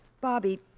Bobby